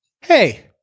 hey